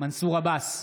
מנסור עבאס,